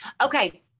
Okay